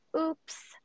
oops